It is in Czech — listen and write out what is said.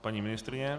Paní ministryně?